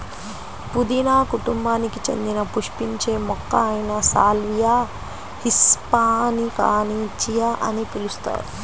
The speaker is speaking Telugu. పుదీనా కుటుంబానికి చెందిన పుష్పించే మొక్క అయిన సాల్వియా హిస్పానికాని చియా అని పిలుస్తారు